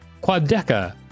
Quadeca